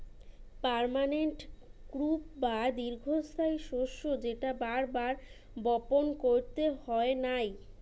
permanent crop বা দীর্ঘস্থায়ী শস্য যেটা বার বার বপণ কইরতে হয় নাই